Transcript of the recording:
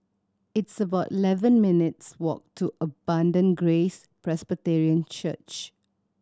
it's about eleven minutes walk to Abundant Grace Presbyterian Church